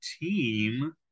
team